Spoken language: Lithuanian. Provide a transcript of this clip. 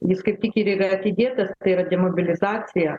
jis kaip tik ir yra atidėtas tai yra demobilizacija